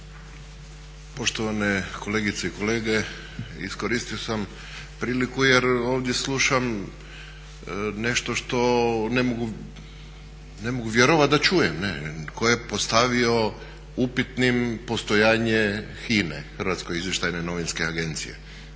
Poštovane kolegice i kolege iskoristio sam priliku jer ovdje slušam nešto što ne mogu vjerovati da čujem, tko je postavio upitnim postojanje HINA-e? To nije prvo tema dnevnog